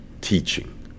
teaching